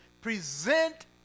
present